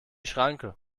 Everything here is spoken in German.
schranke